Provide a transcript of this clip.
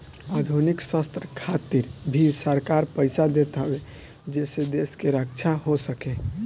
आधुनिक शस्त्र खातिर भी सरकार पईसा देत हवे जेसे देश के रक्षा हो सके